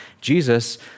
Jesus